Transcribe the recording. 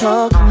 Talk